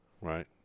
Right